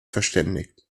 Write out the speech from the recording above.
verständigt